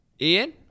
Ian